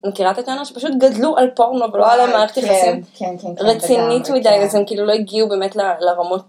מכירה את הטענה שפשוט גדלו על פורנו, ולא היתה להם מערכת יחסית רצינית מדי, אז הם כאילו לא הגיעו באמת לרמות